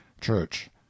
church